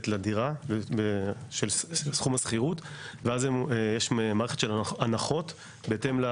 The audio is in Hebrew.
לדירה ושל סכום השכירות ואז יש מערכת של הנחות בהתאם ל